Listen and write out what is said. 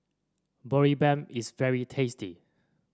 boribap is very tasty